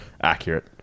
Accurate